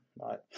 right